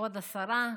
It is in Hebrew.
כבוד השרה,